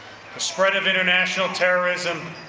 spread of international terrorism,